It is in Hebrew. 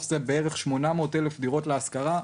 מתוך זה בערך יש 800,000 דירות להשכרה,